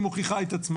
מימי החופשה?